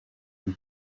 umwe